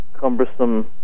cumbersome